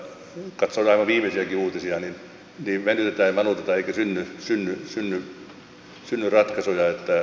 katsoin aivan viimeisiäkin uutisia niin venytetään ja vanutetaan eikä synny ratkaisuja